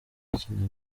yakinaga